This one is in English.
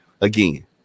again